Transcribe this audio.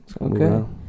Okay